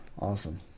Awesome